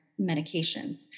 medications